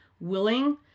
willing